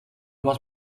was